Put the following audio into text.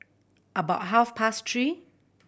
about half past three